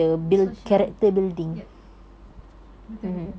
social yup betul betul